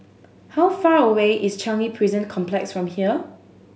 how far away is Changi Prison Complex from here